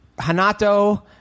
Hanato